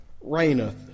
reigneth